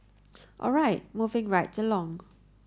all right moving right along